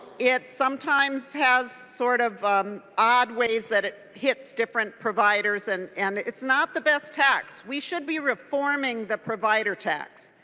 it sometimes has sort of odd ways that it gets different providers and and it's not the best tax. we should be reforming the provider tax.